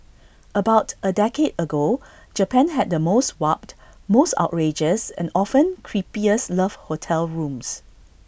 about A decade ago Japan had the most warped most outrageous and often creepiest love hotel rooms